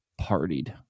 partied